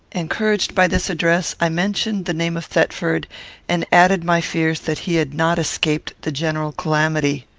encouraged by this address, i mentioned the name of thetford and added my fears that he had not escaped the general calamity.